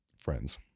friends